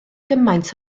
gymaint